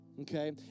okay